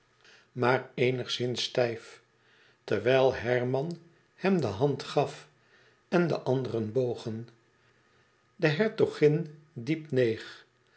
maar eenigszins stijf terwijl herman hem de hand gaf en de anderen bogen de hertogin diep neeg